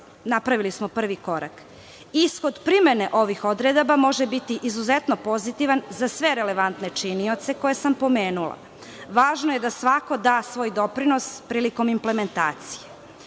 napravili smo prvi korak. Ishod primene ovih odredaba može biti izuzetno pozitivan za sve relevantne činioce koje sam pomenula. Važno je da svako da svoj doprinos prilikom implementacije. Svakodnevno